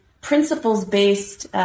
principles-based